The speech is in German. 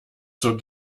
zur